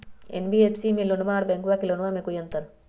NBFC से लोनमा आर बैंकबा से लोनमा ले बे में कोइ अंतर?